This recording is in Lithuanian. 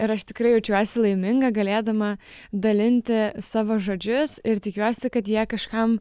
ir aš tikrai jaučiuosi laiminga galėdama dalinti savo žodžius ir tikiuosi kad jie kažkam